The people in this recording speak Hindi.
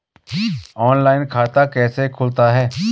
ऑनलाइन खाता कैसे खुलता है?